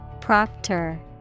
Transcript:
Proctor